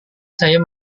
saya